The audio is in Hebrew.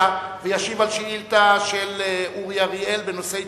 השר וילנאי ישיב על שאילתא של אורי אריאל בנושא: